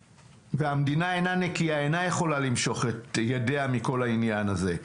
המדינה אינה יכולה למשוך את ידיה מכל העניין הזה.